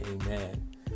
amen